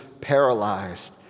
paralyzed